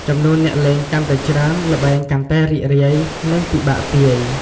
ចំនួនអ្នកលេងកាន់តែច្រើន ល្បែងកាន់តែរីករាយ និងពិបាកទាយ។